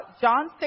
John